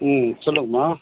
ம் சொல்லுங்கம்மா